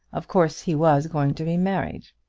of course he was going to be married.